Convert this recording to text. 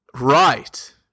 Right